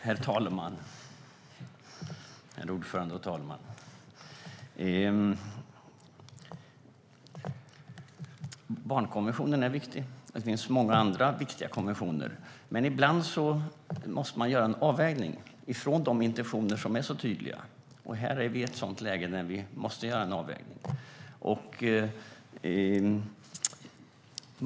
Herr talman! Jag tycker att jag har svarat på det redan. Barnkonventionen är viktig. Det finns många andra viktiga konventioner. Men ibland måste man göra en avvägning av de intentioner som är så tydliga. Här är vi i ett sådant läge och måste göra en avvägning.